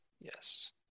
yes